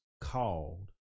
called